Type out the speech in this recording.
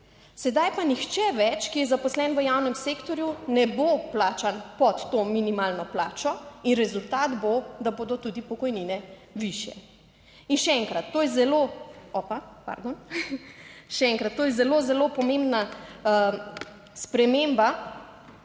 Sedaj pa nihče več, ki je zaposlen v javnem sektorju, ne bo plačan pod to minimalno plačo in rezultat bo, da bodo tudi pokojnine višje. In še enkrat, to je zelo … Opa, pardon. Še enkrat, to je zelo zelo pomembna sprememba